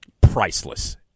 priceless